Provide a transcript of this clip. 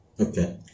Okay